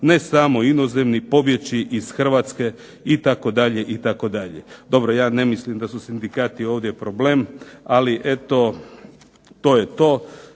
ne samo inozemni pobjeći iz Hrvatske itd.